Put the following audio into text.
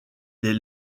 des